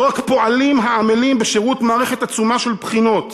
לא רק פועלים העמלים בשירות מערכת עצומה של בחינות.